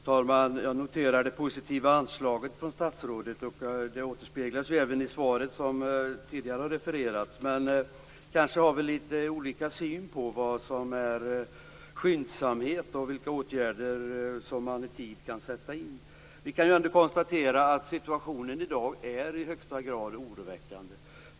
Fru talman! Jag noterar det positiva anslaget från statsrådet. Det återspeglas även i svaret som tidigare har refererats. Men kanske har vi lite olika syn på skyndsamhet och på vilka åtgärder som i tid kan sättas in. Situationen i dag är i högsta grad oroväckande.